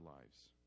lives